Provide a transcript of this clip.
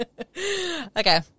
Okay